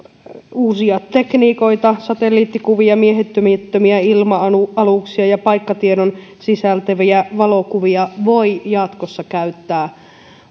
uusia tekniikoita satelliittikuvia miehittämättömiä ilma aluksia ja paikkatiedon sisältäviä valokuvia voi jatkossa käyttää